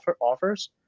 offers